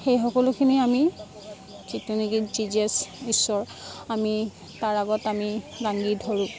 সেই সকলোখিনি আমি ঠিক তেনেকৈ যীজাছ ঈশ্বৰ আমি তাৰ আগত আমি দাঙি ধৰোঁ